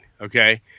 okay